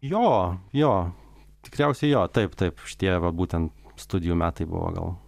jo jo tikriausiai jo taip taip šitie va būtent studijų metai buvo gal